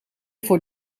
voor